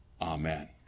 Amen